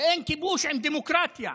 ואין כיבוש עם דמוקרטיה,